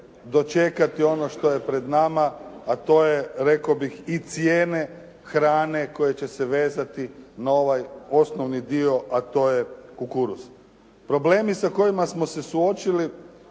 dočekati ono što je pred nama, a to je rekao bih i cijene hrane koje će se vezati na ovaj poslovni dio, a to je kukuruz. Problemi sa kojima smo se suočili